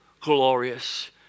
glorious